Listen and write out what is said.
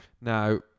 Now